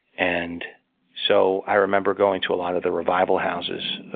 and so i remember going to a lot of the revival houses.